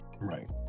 right